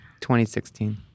2016